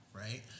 right